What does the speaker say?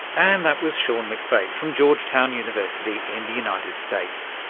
and that was sean mcfate, from georgetown university in the united states.